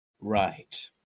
Right